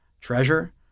treasure